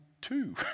two